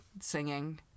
singing